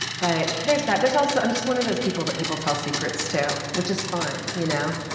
but there's that. there's also, i'm just one of those people that people tell secrets to which is fun, you know.